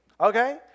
Okay